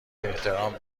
احترام